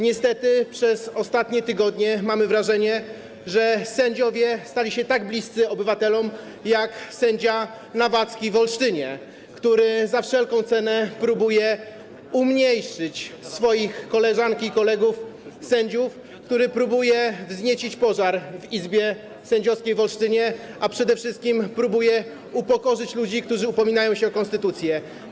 Niestety przez ostatnie tygodnie mamy wrażenie, że sędziowie stali się tak bliscy obywatelom, jak sędzia Nawacki w Olsztynie, który za wszelką cenę próbuje umniejszyć swoje koleżanki i swoich kolegów sędziów, który próbuje wzniecić pożar w izbie sędziowskiej w Olsztynie, a przede wszystkim próbuje upokorzyć ludzi, którzy upominają się o konstytucję.